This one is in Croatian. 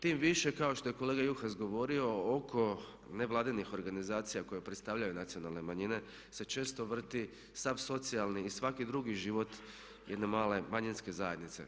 Tim više kao što je kolega Juhas govorio oko nevladinih organizacija koje predstavljaju nacionalne manjine se često vrti sav socijalni i svaki drugi život jedne manjinske zajednice.